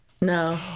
No